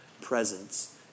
presence